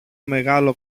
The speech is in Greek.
μεγάλο